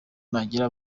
nagira